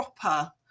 proper